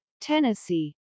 Tennessee